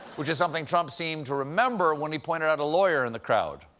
which is something trump seemed to remember when he pointed out a lawyer in the crowd.